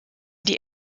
die